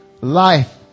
life